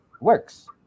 works